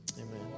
Amen